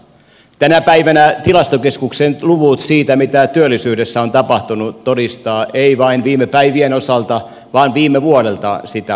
tänä päivänä tilastokeskuksen luvut siitä mitä työllisyydessä on tapahtunut todistavat ei vain viime päivien osalta vaan viime vuodelta sitä samaa